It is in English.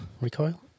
Recoil